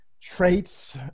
traits